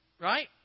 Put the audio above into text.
Right